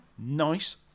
Nice